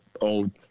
old